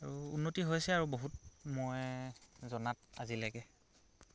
আৰু উন্নতি হৈছে আৰু বহুত মই জনাত আজিলৈকে